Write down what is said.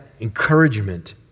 encouragement